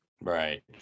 Right